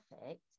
perfect